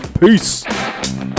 Peace